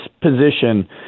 position